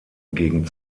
gegen